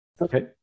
Okay